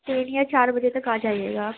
تین یا چار بجے تک آ جائیے گا آپ